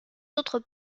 autres